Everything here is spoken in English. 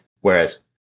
whereas